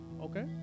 okay